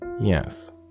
Yes